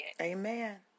Amen